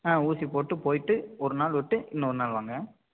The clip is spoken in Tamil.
ஆ ஊசி போட்டு போய்விட்டு ஒரு நாள் விட்டு இன்னொரு நாள் வாங்க